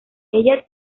ella